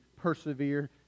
persevere